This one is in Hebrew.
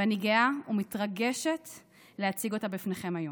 ואני גאה ומתרגשת להציג אותה בפניכם היום.